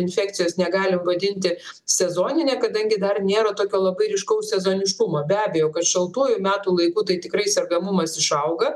infekcijos negalim vadinti sezonine kadangi dar nėra tokio labai ryškaus sezoniškumo be abejo kad šaltuoju metų laiku tai tikrai sergamumas išauga